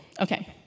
Okay